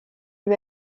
lui